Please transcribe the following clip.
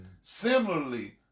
Similarly